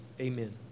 Amen